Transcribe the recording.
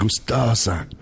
gustosa